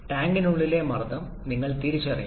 ടാങ്കിനുള്ളിലെ മർദ്ദം നിങ്ങൾ തിരിച്ചറിയണം